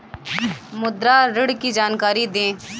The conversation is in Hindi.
मुद्रा ऋण की जानकारी दें?